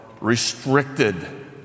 restricted